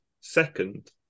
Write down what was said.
second